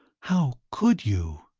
how could you